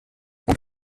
und